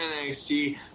NXT